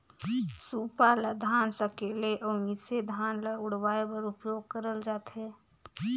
सूपा ल धान सकेले अउ मिसे धान ल उड़वाए बर उपियोग करल जाथे